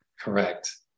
Correct